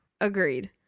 Agreed